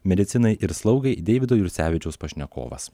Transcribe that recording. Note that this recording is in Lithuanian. medicinai ir slaugai deivido jursevičiaus pašnekovas